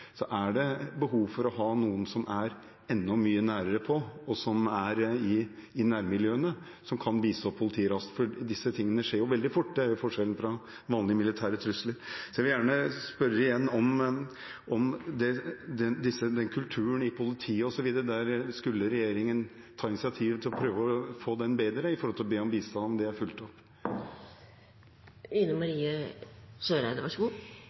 som er mye nærmere på, og som er i nærmiljøene, som kan bistå politiet raskt, for disse tingene skjer jo veldig fort, det er jo forskjellen fra vanlige militære trusler. Jeg vil gjerne igjen spørre om den kulturen i politiet osv. der regjeringen skulle ta initiativ for å prøve å bedre den i forhold til å be om bistand, og om det er fulgt opp.